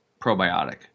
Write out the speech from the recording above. probiotic